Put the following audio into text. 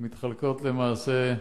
מתחלקות, למעשה,